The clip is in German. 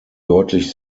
deutlich